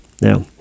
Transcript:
Now